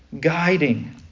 guiding